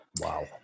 wow